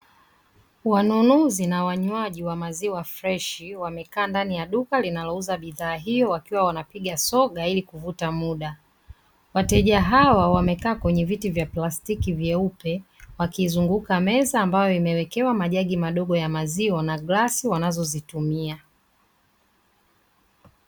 Wanunuzi na wanywaji wa maziwa freshi wamekaa ndani ya duka linalouza bidhaa hiyo wakiwa wanapiga soga ili kuvuta muda, wateja hawa wamekaa kwenye viti vya plastiki vyeupe wakizunguka meza ambayo imewekewa majagi madogo ya maziwa na glasi wanazo zitumia.